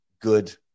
good